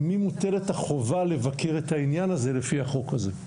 על מי מוטלת החובה לבקר את העניין הזה לפי החוק הזה?